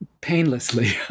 painlessly